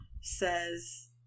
says